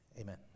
Amen